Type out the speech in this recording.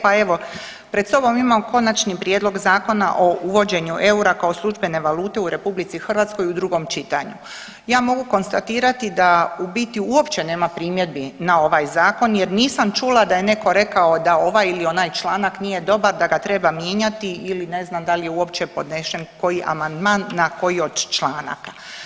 Pa evo pred sobom imamo Konačni prijedlog Zakona o uvođenju eura kao službene valute u RH u drugom čitanju. ja mogu konstatirati da u biti uopće nema primjedbi na ovaj zakon jer nisam čula da je neko rekao da ovaj ili onaj članak nije dobar, da ga treba mijenjati ili ne znam da li je uopće podnesen koji amandman na koji od članaka.